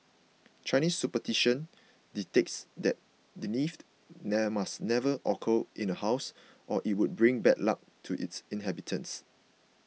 Chinese superstition dictates that death must never occur in a house or it would bring bad luck to its inhabitants